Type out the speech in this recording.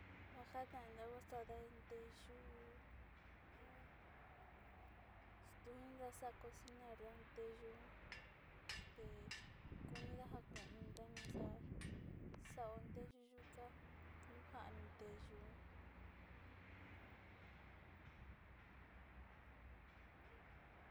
Ja jatnaa inida sara nteyu ku ja sarada ntitoanun nu nteyu chi lu ku ja jakuinio ntii ntaka nteyu